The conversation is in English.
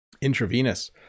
Intravenous